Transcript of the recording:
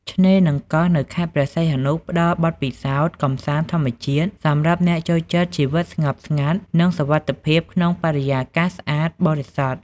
ឆ្នេរនិងកោះនៅខេត្តព្រះសីហនុផ្តល់បទពិសោធន៍កម្សាន្តធម្មជាតិសម្រាប់អ្នកចូលចិត្តជីវិតស្ងប់ស្ងាត់ និងសុវត្ថិភាពក្នុងបរិយាកាសស្អាតបរិសុទ្ធ។